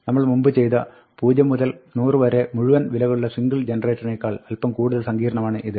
നമ്മൾ മുമ്പ് ചെയ്ത 0 മുതൽ 100 വരെ മുഴുവൻ വിലകളുള്ള സിംഗിൾ ജനറേറ്ററിനേക്കാൾ അല്പം കൂടുതൽ സങ്കീർണ്ണമാണ് ഇത്